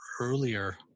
earlier